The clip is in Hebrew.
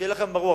שיהיה לכם ברור,